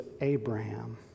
Abraham